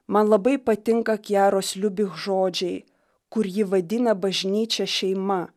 man labai patinka kiaros liubih žodžiai kur ji vadina bažnyčia šeima